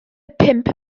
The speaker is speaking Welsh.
pump